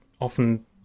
often